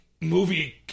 movie